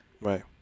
right